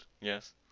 yes